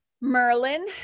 Merlin